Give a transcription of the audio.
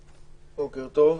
בוקר טוב.